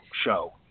show